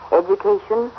education